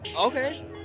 Okay